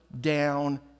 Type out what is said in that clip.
down